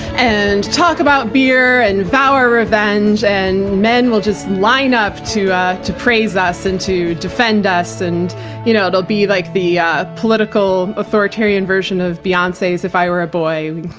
and talk about beer, and vow our revenge. and men will just line up to ah to praise us, and to defend us, and you know it'll be like the yeah political authoritarian version of beyonce's, if i were a boy.